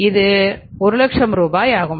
இது 100000 ரூபாய் ஆகும்